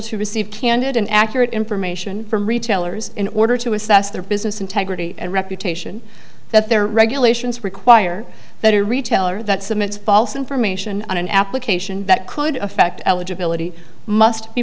to receive candid and accurate information from retailers in order to assess their business integrity and reputation that their regulations require that a retailer that submits false information on an application that could affect eligibility must be